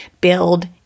build